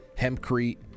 Hempcrete